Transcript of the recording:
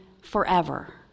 forever